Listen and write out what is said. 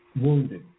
wounded